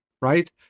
right